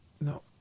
No